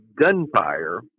gunfire